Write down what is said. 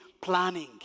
planning